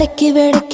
ah given